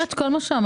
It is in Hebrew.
על פי כל מה שאמרת,